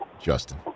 Justin